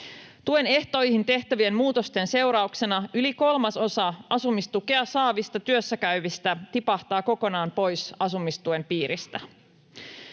Tuen ehtoihin tehtävien muutosten seurauksena yli kolmasosa asumistukea saavista työssäkäyvistä tipahtaa kokonaan pois asumistuen piiristä.